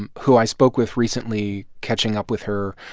and who i spoke with recently, catching up with her.